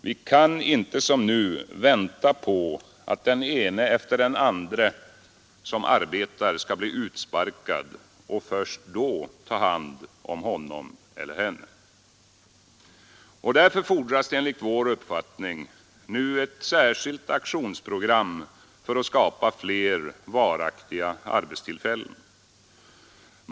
Vi kan inte som nu vänta på att den ene efter den andre som arbetar skall bli utsparkad och först då ta hand om honom eller henne. Därför fordras det enligt vår uppfattning nu ett särskilt aktionsprogram för att skapa fler varaktiga arbetstillfällen.